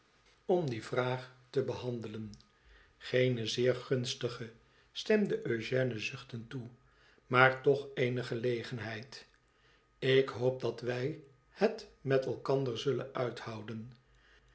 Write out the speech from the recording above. om die vraag te behandelen geene zeer gunstige stemde eugène zuchtend toe maar toch eene gelegenheid ik hoop dat wij het met elkander zullen uithouden